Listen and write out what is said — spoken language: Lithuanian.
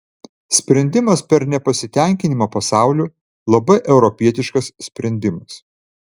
sprendimas per nepasitenkinimą pasauliu labai europietiškas sprendimas